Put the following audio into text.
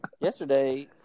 Yesterday